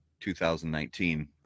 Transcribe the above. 2019